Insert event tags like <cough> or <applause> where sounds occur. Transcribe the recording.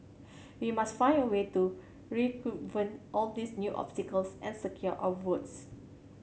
we must find a way to <unintelligible> all these new obstacles and secure our votes